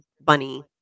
bunny